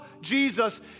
Jesus